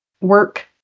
work